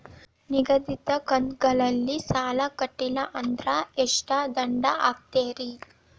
ನಿಗದಿತ ಕಂತ್ ಗಳಲ್ಲಿ ಸಾಲ ಕಟ್ಲಿಲ್ಲ ಅಂದ್ರ ಎಷ್ಟ ದಂಡ ಹಾಕ್ತೇರಿ?